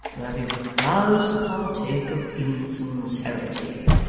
that it does partake of insincerity.